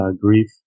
grief